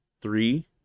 three